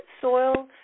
soil